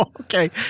okay